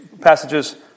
passages